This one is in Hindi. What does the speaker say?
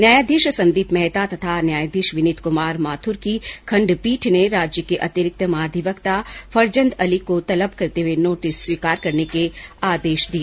न्यायाधीश संदीप मेहता तथा न्यायाधीश विनित कुमार माथुर की खंडपीठ ने राज्य के अतिरिक्त महाधिवक्ता फरजंद अली को तलब करते हुए नोटिस स्वीकार करने के आदेश दिए